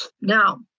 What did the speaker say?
Now